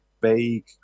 vague